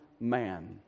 man